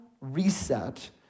reset